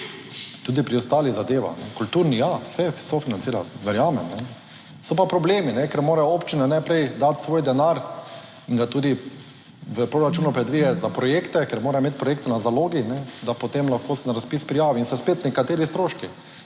tudi pri ostalih zadevah. Kulturni, ja, se sofinancira, verjamem, so pa problemi, ker mora občina najprej dati svoj denar in ga tudi v proračunu predvideti za projekte, ker mora imeti projekte na zalogi, da potem lahko se na razpis prijavi in so spet nekateri stroški,